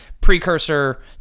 precursor